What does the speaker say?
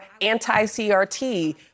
anti-CRT